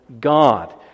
God